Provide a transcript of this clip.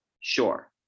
Sure